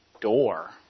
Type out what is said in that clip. door